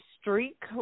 streak